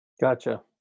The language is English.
Gotcha